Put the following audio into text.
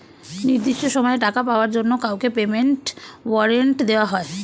নির্দিষ্ট সময়ে টাকা পাওয়ার জন্য কাউকে পেমেন্ট ওয়ারেন্ট দেওয়া হয়